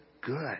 good